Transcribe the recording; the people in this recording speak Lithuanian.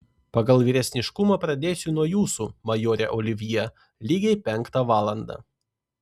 pagal vyresniškumą pradėsiu nuo jūsų majore olivjė lygiai penktą valandą